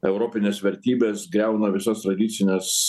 europinės vertybės griauna visas tradicines